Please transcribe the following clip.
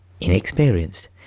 inexperienced